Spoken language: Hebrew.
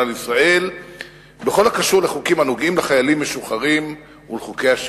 לישראל בכל הקשור לחוקים הנוגעים לחיילים משוחררים ולחוקי השיקום.